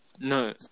No